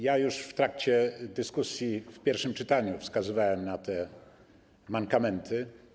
Już w trakcie dyskusji w pierwszym czytaniu wskazywałem na te mankamenty.